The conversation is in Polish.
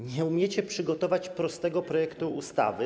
Nie umiecie przygotować prostego projektu ustawy.